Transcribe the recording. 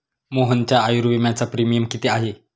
मोहनच्या आयुर्विम्याचा प्रीमियम किती आहे?